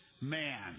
man